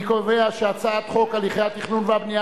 אני קובע שהצעת חוק הליכי תכנון ובנייה